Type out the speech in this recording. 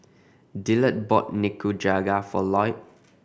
Dillard bought Nikujaga for Lloyd